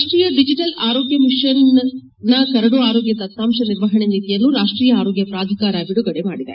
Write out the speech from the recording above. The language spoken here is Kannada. ರಾಷ್ಟೀಯ ಡಿಜಿಟಲ್ ಆರೋಗ್ಯ ಮಿಷನ್ನ ಕರಡು ಆರೋಗ್ಯ ದತ್ತಾಂಶ ನಿರ್ವಹಣೆ ನೀತಿಯನ್ನು ರಾಷ್ಟೀಯ ಆರೋಗ್ಯ ಪ್ರಾಧಿಕಾರ ಬಿಡುಗಡೆ ಮಾಡಿದೆ